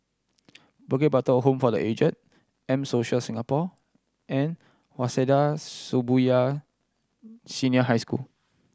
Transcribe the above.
Bukit Batok Home for The Aged M Social Singapore and Waseda Shibuya Senior High School